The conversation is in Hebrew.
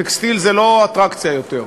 טקסטיל זה לא אטרקציה יותר,